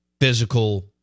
physical